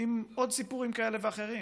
עם עוד סיפורים כאלה ואחרים,